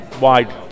wide